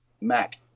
Mac